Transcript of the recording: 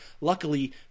luckily